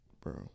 bro